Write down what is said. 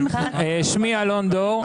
שמי אלון דור,